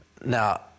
Now